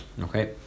Okay